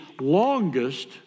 longest